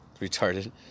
Retarded